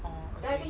oh okay